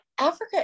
Africa